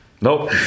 Nope